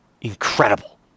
incredible